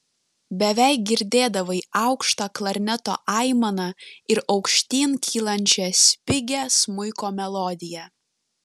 beveik girdėdavai aukštą klarneto aimaną ir aukštyn kylančią spigią smuiko melodiją